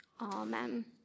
Amen